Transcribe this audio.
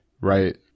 Right